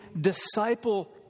disciple